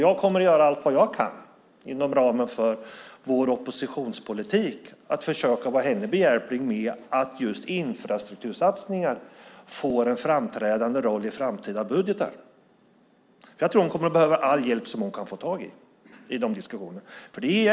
Jag kommer att göra allt vad jag kan inom ramen för vår oppositionspolitik att vara henne behjälplig med att just infrastruktursatsningar får en framträdande roll i framtida budgetar. Jag tror att hon kommer att behöva all hjälp hon kan få i de diskussionerna.